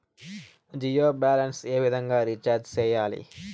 Jio balance ఏ విధంగా recharge సేయాలి?